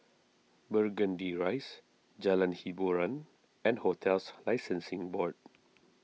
Burgundy Rise Jalan Hiboran and Hotels Licensing Board